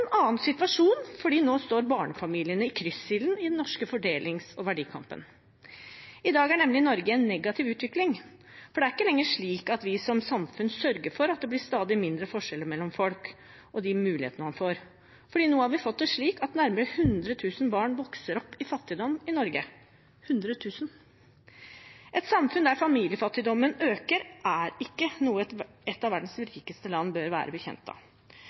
annen situasjon, for nå står barnefamiliene i kryssilden i den norske fordelings- og verdikampen. I dag er nemlig Norge i en negativ utvikling, for det er ikke lenger slik at vi som samfunn sørger for at det blir stadig mindre forskjeller mellom folk og de mulighetene man får. Nå har vi fått det slik at nærmere 100 000 barn vokser opp i fattigdom i Norge – 100 000. Et samfunn der familiefattigdommen øker, er ikke noe et av verdens rikeste land bør være